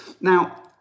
Now